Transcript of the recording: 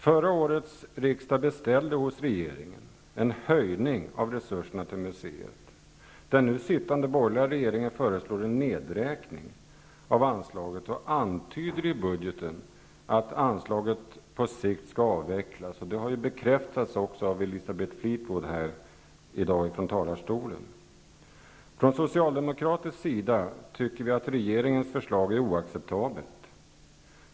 Förra året beställde riksdagen hos regeringen en höjning av resurserna till museet. Den nu sittande borgerliga regeringen föreslår en nedräkning av anslaget och antyder i budgeten att anslaget på sikt skall avvecklas. Det har också bekräftats här i dag av Elisabeth Fleetwood från talarstolen. Från socialdemokratisk sida anser vi att regeringens förslag är oacceptabelt.